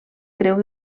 creu